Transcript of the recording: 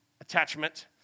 attachment